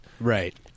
Right